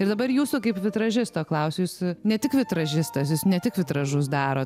ir dabar jūsų kaip vitražisto klausiu jūs ne tik vitražistas jūs ne tik vitražus daro